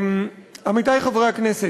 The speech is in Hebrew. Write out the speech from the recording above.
עמיתי חברי הכנסת,